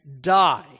die